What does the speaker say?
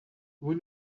vous